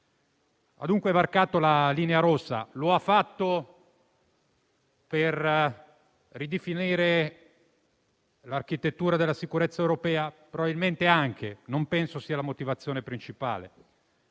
Ha dunque varcato la linea rossa. Lo ha fatto per ridefinire l'architettura della sicurezza europea? Probabilmente anche, ma non penso che questa sia la motivazione principale.